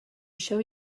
show